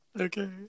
Okay